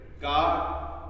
God